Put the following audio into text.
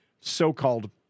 so-called